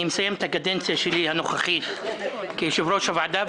מסיים את הקדנציה הנוכחית שלי כיושב-ראש הוועדה.